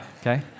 okay